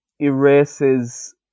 erases